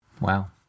Wow